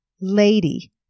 Lady